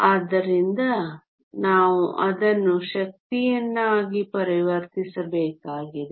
ಆದ್ದರಿಂದ ನಾವು ಅದನ್ನು ಶಕ್ತಿಯನ್ನಾಗಿ ಪರಿವರ್ತಿಸಬೇಕಾಗಿದೆ